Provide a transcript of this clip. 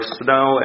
snow